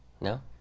No